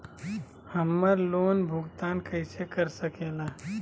हम्मर लोन भुगतान कैसे कर सके ला?